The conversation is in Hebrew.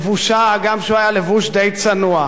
לבושה, הגם שהוא היה לבוש די צנוע.